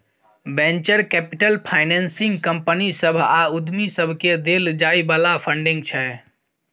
venture capital financing company सभ आ उद्यमी सबकेँ देल जाइ बला फंडिंग छै